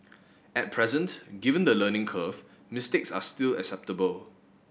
at present given the learning curve mistakes are still acceptable